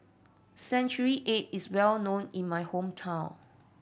century egg is well known in my hometown